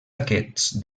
aquests